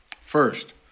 First